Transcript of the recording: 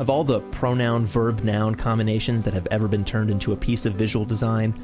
of all the pronoun, verb, noun combinations that have ever been turned into a piece of visual design,